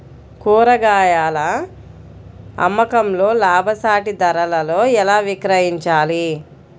కూరగాయాల అమ్మకంలో లాభసాటి ధరలలో ఎలా విక్రయించాలి?